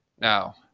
Now